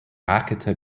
rakete